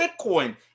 Bitcoin